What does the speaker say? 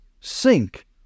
sink